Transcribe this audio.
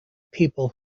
people